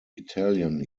italian